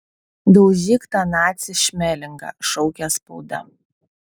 daužyk tą nacį šmelingą šaukė spauda